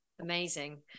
Amazing